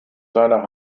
seiner